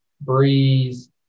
Breeze